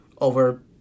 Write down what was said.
over